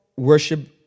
worship